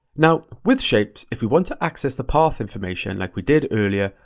now, with shapes, if we want to access the path information like we did earlier,